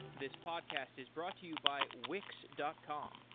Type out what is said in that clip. this podcast is brought to you by wix dot com.